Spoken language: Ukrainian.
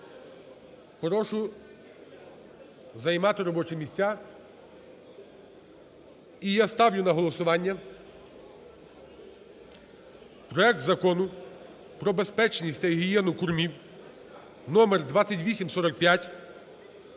прошу займати робочі місця. І я ставлю на голосування проект Закону про безпечність та гігієну кормів (№ 2845)